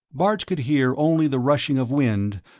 bart could hear only the rushing of wind,